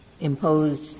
imposed